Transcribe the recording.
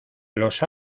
los